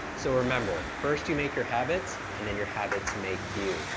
so, remember, first, you make your habits, and then your habits make you.